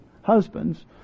husbands